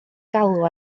galw